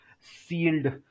sealed